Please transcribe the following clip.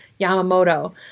Yamamoto